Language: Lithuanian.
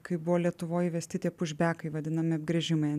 kai buvo lietuvoj įvesti tie puš bekai vadinami apgręžimai